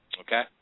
Okay